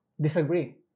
disagree